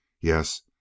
yes